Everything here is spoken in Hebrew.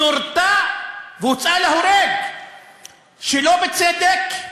נורתה והוצאה להורג שלא בצדק.